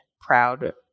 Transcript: proud